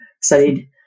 studied